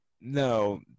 No